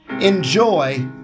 Enjoy